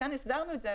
כאן הסדרנו את זה,